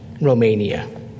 Romania